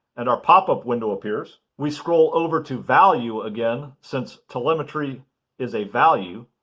and our pop-up window appears. we scroll over to value again since telemetry is a value